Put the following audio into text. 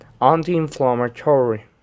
Anti-inflammatory